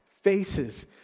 faces